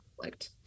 conflict